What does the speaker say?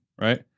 right